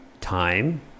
time